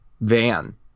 van